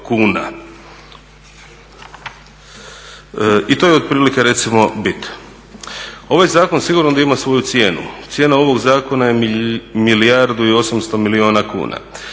I to je otprilike recimo bit. Ovaj zakon sigurno da ima svoju cijenu, cijena ovog zakona je milijardu i osamsto milijuna kuna.